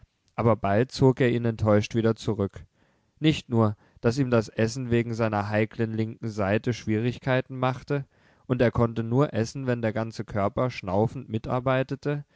aber bald zog er ihn enttäuscht wieder zurück nicht nur daß ihm das essen wegen seiner heiklen linken seite schwierigkeiten machte und er konnte nur essen wenn der ganze körper schnaufend mitarbeitete